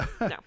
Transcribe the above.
No